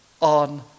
on